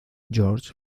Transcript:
george